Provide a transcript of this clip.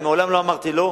אני מעולם לא אמרתי לא.